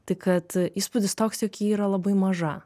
tai kad įspūdis toks jog ji yra labai maža